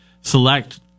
select